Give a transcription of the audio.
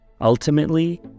ultimately